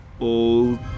old